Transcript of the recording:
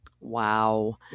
Wow